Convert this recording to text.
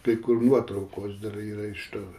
kai kur nuotraukos dar yra iš to